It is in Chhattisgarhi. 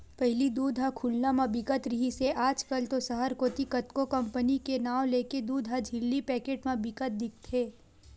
पहिली दूद ह खुल्ला म बिकत रिहिस हे आज कल तो सहर कोती कतको कंपनी के नांव लेके दूद ह झिल्ली के पैकेट म बिकत दिखथे